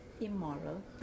immoral